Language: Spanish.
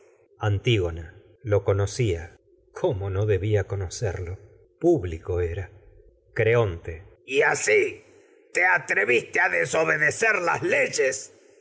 antígona público lo conocía cómo no debía conocerlo era creonte y asi te atreviste a desobedecer las leyes